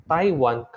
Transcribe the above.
Taiwan